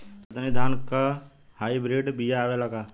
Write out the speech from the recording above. कतरनी धान क hybrid बिया आवेला का?